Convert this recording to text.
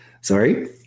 Sorry